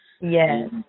Yes